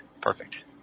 perfect